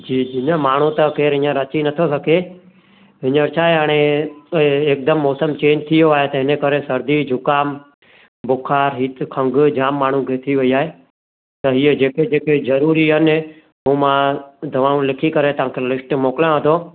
जी जी न माण्हू त हींअर केरु अची नथो सघे हींअर चाहे हाणे एकदमि मौसमु चेंज थी वियो आहे त इन करे सर्दी ज़ुकामु बुख़ारु हिते खंगु जामु माण्हू खे थी वई आहे त इहे जेके ज़रूरी आहिनि हू मां दवाऊं लिखी करे लिस्ट मोकिलियांव थो